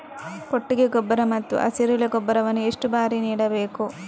ಕೊಟ್ಟಿಗೆ ಗೊಬ್ಬರ ಮತ್ತು ಹಸಿರೆಲೆ ಗೊಬ್ಬರವನ್ನು ಎಷ್ಟು ಬಾರಿ ನೀಡಬೇಕು?